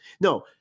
no